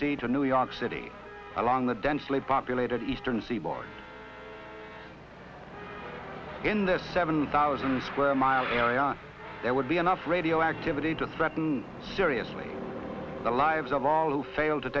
c to new york city along the densely populated eastern seaboard in the seven thousand square mile area there would be enough radioactivity to threaten seriously the lives of all who failed to